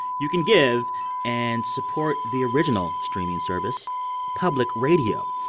you can give and support the original streaming service public radio.